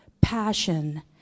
passion